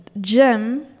gym